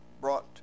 brought